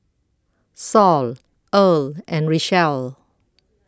Saul Earle and Richelle